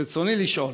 רצוני לשאול: